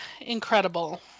incredible